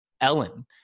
Ellen